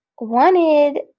wanted